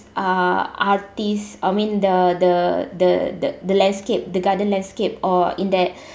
uh artists I mean the the the the the landscape the garden landscape or in that